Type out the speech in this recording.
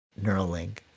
Neuralink